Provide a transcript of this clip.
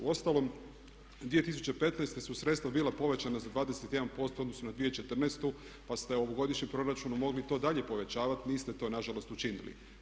Uostalom 2015. su sredstva bila povećana za 21% u odnosu na 2014. pa ste u ovogodišnjem proračunu mogli to dalje povećavati, niste to nažalost učinili.